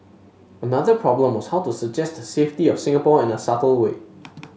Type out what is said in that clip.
another problem was how to suggest the safety of Singapore in a subtle way